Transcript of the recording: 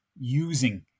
using